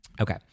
Okay